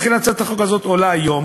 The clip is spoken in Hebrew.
לכן הצעת החוק הזאת עולה היום